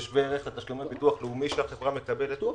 זה שווה ערך לתשלומי ביטוח לאומי שהחברה מקבלת.